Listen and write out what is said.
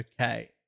Okay